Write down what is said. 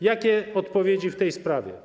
Jakie będą odpowiedzi w tej sprawie?